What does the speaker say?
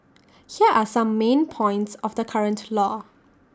here are some main points of the current law